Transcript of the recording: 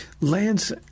Lance